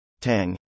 Tang